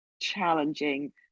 challenging